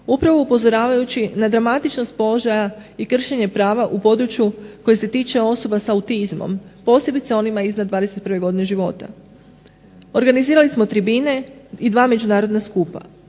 Upravo upozoravajući na dramatičnost položaja i kršenje prava u području koje se tiče osoba sa autizmom, posebice onima iznad 21 godine života. Organizirali smo tribine i dva međunarodna skupa.